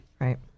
Right